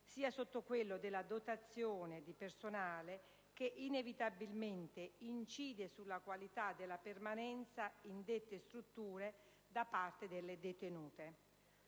sia sotto quello della dotazione di personale, che inevitabilmente incide sulla qualità della permanenza in dette strutture da parte delle detenute.